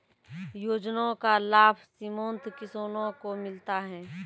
योजना का लाभ सीमांत किसानों को मिलता हैं?